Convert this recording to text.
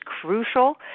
crucial